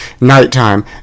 nighttime